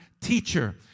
teacher